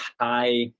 high